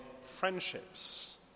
friendships